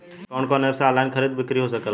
कवन कवन एप से ऑनलाइन खरीद बिक्री हो सकेला?